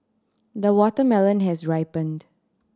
the watermelon has ripened